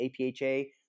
APHA